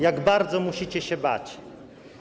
Jak bardzo musicie się bać.